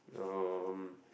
um